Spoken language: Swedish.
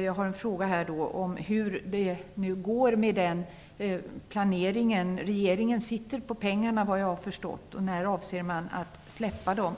Jag vill då fråga: Hur går det med planeringen? Såvitt jag förstår sitter regeringen på pengarna. När avser man att släppa dem?